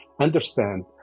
understand